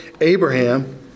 Abraham